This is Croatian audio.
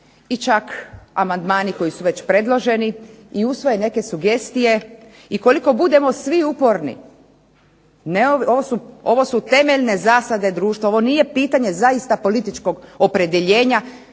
i čak amandmani koji su već predloženi i usvoje neke sugestije i ukoliko budemo svi uporni, ovo su temeljne zasade društva, ovo nije pitanje zaista političkog opredjeljenja